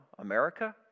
America